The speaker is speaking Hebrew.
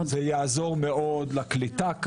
יעזור לקליטה,